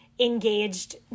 Engaged